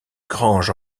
grange